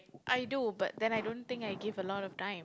I do but then I don't think I give a lot of time